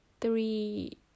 three